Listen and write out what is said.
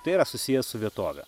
tai yra susiję su vietove